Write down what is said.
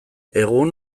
egun